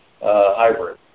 hybrid